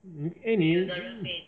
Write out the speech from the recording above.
你 eh 你